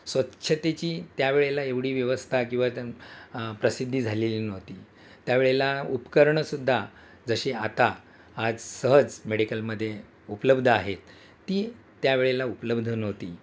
स्वच्छतेची त्यावेळेला एवढी व्यवस्था किंवा त्या प्रसिद्धी झालेली नव्हती त्यावेळेला उपकरणंसुद्धा जशी आता आज सहज मेडिकलमध्ये उपलब्ध आहेत ती त्यावेळेला उपलब्ध नव्हती